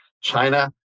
China